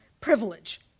privilege